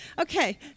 Okay